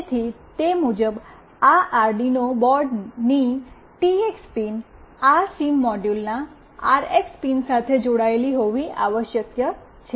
તેથી તે મુજબ આ અરડિનો બોર્ડની ટીએક્સ પિન આ સિમ મોડ્યુલના આરએક્સ પિન સાથે જોડાયેલ હોવી આવશ્યક છે